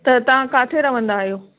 त तव्हां किथे रहंदा आहियो